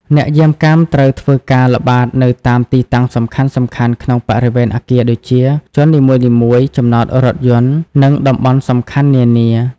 អ្នកយាមកាមត្រូវធ្វើការ ល្បាត នៅតាមទីតាំងសំខាន់ៗក្នុងបរិវេណអគារដូចជា ជាន់នីមួយៗ ចំណតរថយន្ត និងតំបន់សំខាន់នានា។